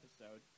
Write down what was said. episode